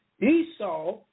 Esau